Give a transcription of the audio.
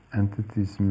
entities